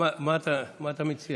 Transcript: מה אתה מציע?